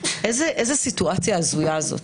איזה מצב הזוי זה.